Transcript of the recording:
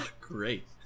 Great